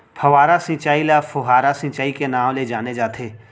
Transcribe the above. फव्हारा सिंचई ल फोहारा सिंचई के नाँव ले जाने जाथे